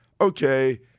okay